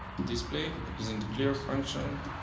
and display using the clear function.